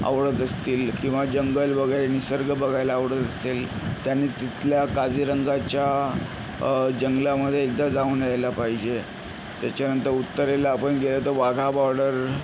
आवडत असतील किंवा जंगल वगैरे निसर्ग बघायला आवडत असेल त्यांनी तिथल्या काझिरंगाच्या जंगलामध्ये एकदा जाऊन यायला पाहिजे त्याच्यानंतर उत्तरेला आपण गेलं तर वाघा बॉर्डर